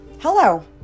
Hello